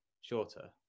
shorter